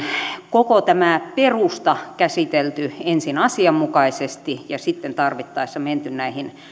koko tämä perusta käsitelty ensin asianmukaisesti ja sitten tarvittaessa menty näihin